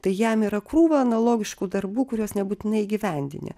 tai jam yra krūva analogiškų darbų kuriuos nebūtinai įgyvendini